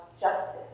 justice